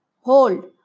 hold